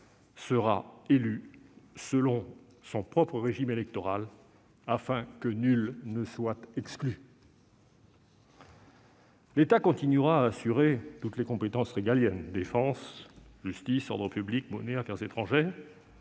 sera élue selon son propre régime électoral afin que nul ne soit exclu. L'État continuera à assurer toutes les compétences régaliennes- défense, justice, ordre public, monnaie, affaires étrangères